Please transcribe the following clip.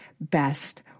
best